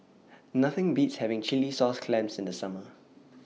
Nothing Beats having Chilli Sauce Clams in The Summer